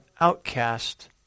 outcast